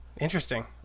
Interesting